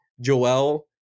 Joel